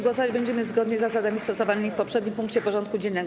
Głosować będziemy zgodnie z zasadami stosowanymi w poprzednim punkcie porządku dziennego.